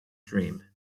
dream